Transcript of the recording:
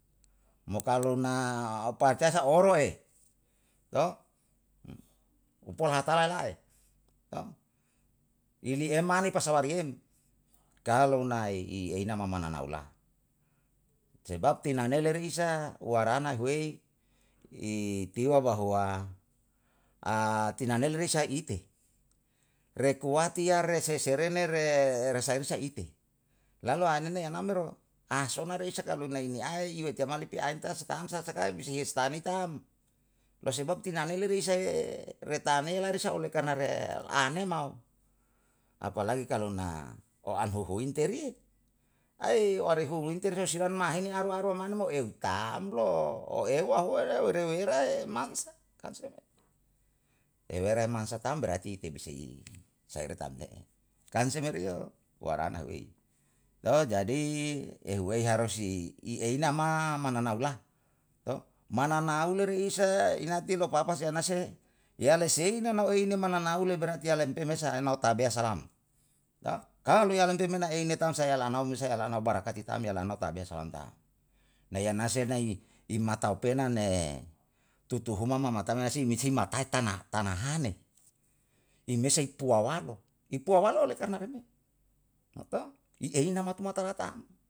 Mo kalu na oparcaya saja oroe, to? upuo lahatal elae, ili'e mane pasawari em. Kalu nai ieina mamana naula, sebab tinanele reiisa warana huwei itiwa bahwa atina nelerisa ite, rekuwati yare se serene re resainsa ite, lalu anene anamme ro, asona reisa kalu nai ini ae yuete mali pi aita sa tam sa sakai bisa yestani tam, lo sebab tinanele re isae, reta'nela risa oleh karna re anema apalagi kalu na oan huhuin teriye, ae oware huhuin teri sosilan mahene aru- aru omane mo eu tam lo, oeu ahuwa re wera werae mansa kan se me? Ewera mansa tam berarti ite bisa ilie, saere tam ne'e, tam seme riyo, warana huwei. Lo jadi, ehuwei harus si i einama mananaula, to? Mananaule reisa inati lo papa seanase yale seina nau ei ne mananaule berarti yalem pemesa aenau tabea salam, to?. Kalu yalem pemena eine tam sa yala ana'u mesa ana'u barakati tam yala ana'u tabea salam tam. Na yanase nai imatau penane tutuhuma mamata mena si misi matae nata tanahane, imesei puawalo, ipuawalo oleh karna pe me, to? I eina matumata la tam